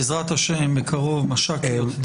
בעזרת ה', בקרוב מש"קיות דת.